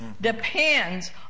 depends